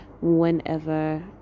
Whenever